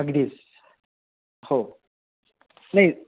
अगदीच हो नाही